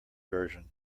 version